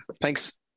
Thanks